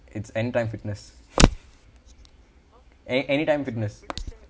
it's anytime fitness an~ anytime fitness